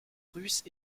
russe